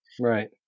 Right